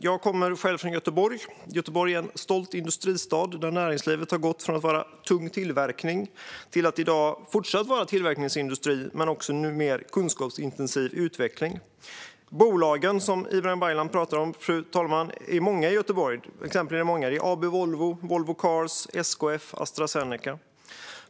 Jag kommer själv från Göteborg, som är en stolt industristad där näringslivet har gått från att utgöras av tung tillverkning till att i dag fortfarande utgöras av tillverkningsindustri men numera också av kunskapsintensiv utveckling. Ibrahim Baylan talar om bolagen, och de är många i Göteborg, fru talman. Det är till exempel AB Volvo, Volvo Cars, SKF och Astra Zeneca.